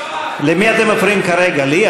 למי אתם מפריעים כרגע, לי?